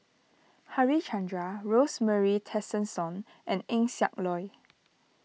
Harichandra Rosemary Tessensohn and Eng Siak Loy